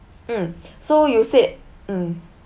mm so you said mm